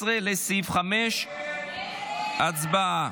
17, לסעיף 5. הצבעה.